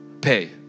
pay